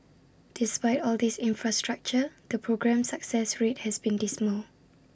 despite all this infrastructure the programme's success rate has been dismal